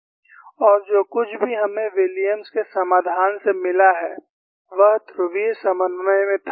और जो कुछ भी हमें विलियम्स के समाधान से मिला है वह ध्रुवीय समन्वय में था